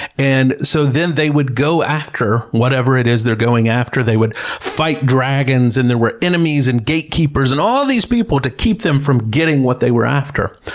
and so then they would go after whatever it is they're going after. they would fight dragons, and there were enemies, and gatekeepers, and all these people to keep them from getting what they were after.